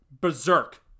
berserk